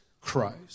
Christ